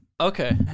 Okay